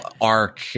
arc